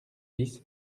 dix